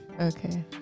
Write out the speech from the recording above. Okay